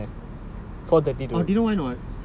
ya pouring milk four thirty to five thirty